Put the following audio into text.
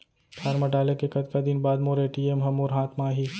Form डाले के कतका दिन बाद मोर ए.टी.एम ह मोर हाथ म आही?